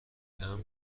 امن